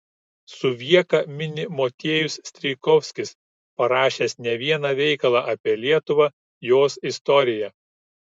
suvieką mini motiejus strijkovskis parašęs ne vieną veikalą apie lietuvą jos istoriją